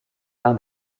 l’un